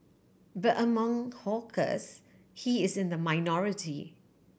but among hawkers he is in the minority